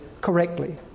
correctly